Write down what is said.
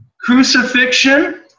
crucifixion